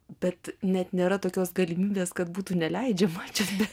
bet net nėra tokios galimybės kad būtų neleidžiama čia